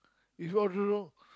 if you order wrong